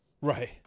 Right